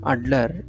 Adler